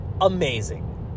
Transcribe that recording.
amazing